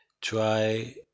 Try